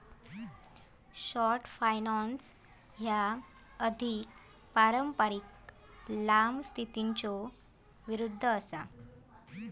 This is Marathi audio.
शॉर्ट फायनान्स ह्या अधिक पारंपारिक लांब स्थितीच्यो विरुद्ध असा